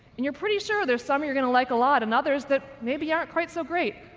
and you're pretty sure there's some you're going to like a lot and others that maybe aren't quite so great,